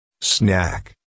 Snack